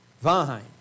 vine